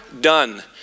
done